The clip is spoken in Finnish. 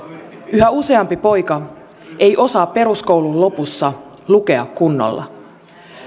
yhä useampi poika ei osaa peruskoulun lopussa lukea kunnolla